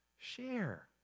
Share